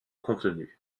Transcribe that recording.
contenu